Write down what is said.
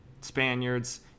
Spaniards